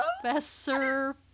Professor